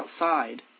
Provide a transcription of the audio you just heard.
outside